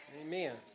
Amen